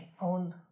own